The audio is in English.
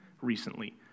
recently